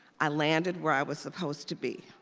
i landed where i was supposed to be.